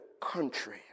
country